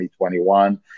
2021